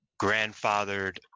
grandfathered